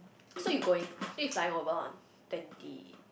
so you going it's flying over on twenty